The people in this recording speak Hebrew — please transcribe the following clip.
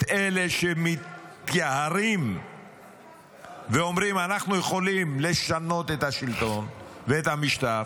את אלה שמתייהרים ואומרים "אנחנו יכולים לשנות את השלטון ואת המשטר"